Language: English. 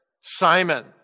Simon